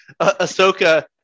ahsoka